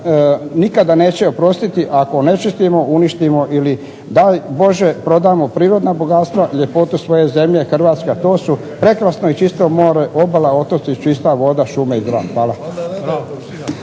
nikada neće oprostiti ako onečistimo, uništimo ili daj bože prodamo prirodna bogatstva, ljepotu svoje zemlje Hrvatske a to su prekrasno i čisto more, obala, otoci, čista voda, šume i zrak. Hvala.